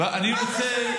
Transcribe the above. מה זה שונה?